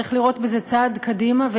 צריך לראות בזה צעד קדימה,